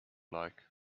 like